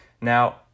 Now